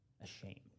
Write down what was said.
ashamed